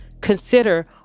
consider